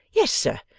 yes, sir,